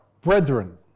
brethren